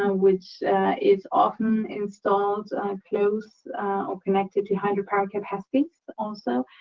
um which is often installed close or connected to hydropower capacities, also,